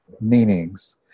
meanings